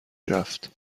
رفت